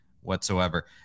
whatsoever